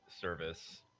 service